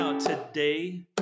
Today